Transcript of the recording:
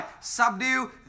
subdue